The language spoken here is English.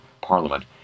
parliament